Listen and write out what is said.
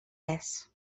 res